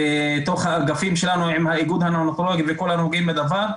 ובתוך האגפים שלנו עם איגוד הניאונטולוגים וכל הנוגעים בדבר,